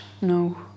no